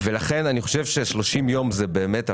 ולכן אני חושב ש-30 יום זה באמת הרבה,